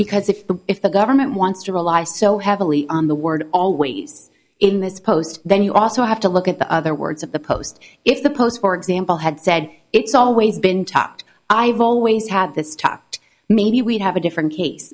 because if the if the government wants to rely so heavily on the word always in this post then you also have to look at the other words of the post if the post for example had said it's always been topped i've always had this talk maybe we'd have a different case